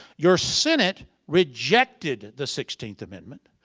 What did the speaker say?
your senate rejected the sixteenth amendment.